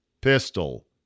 pistol